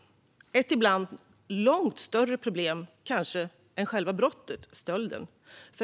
Det är ibland kanske ett långt större problem än själva brottet - stölden.